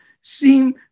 seem